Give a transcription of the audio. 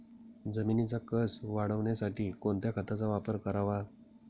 जमिनीचा कसं वाढवण्यासाठी कोणत्या खताचा वापर करावा?